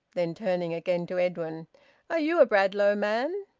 then turning again to edwin are you a bradlaugh man?